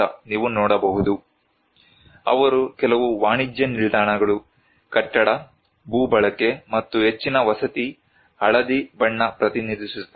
ನೀವು ನೋಡಬಹುದು ಅವರು ಕೆಲವು ವಾಣಿಜ್ಯ ನಿಲ್ದಾಣಗಳು ಕಟ್ಟಡ ಭೂ ಬಳಕೆ ಮತ್ತು ಹೆಚ್ಚಿನ ವಸತಿ ಹಳದಿ ಬಣ್ಣ ಪ್ರತಿನಿಧಿಸುತ್ತದೆ